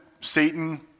Satan